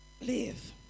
Live